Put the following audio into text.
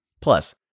Plus